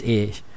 age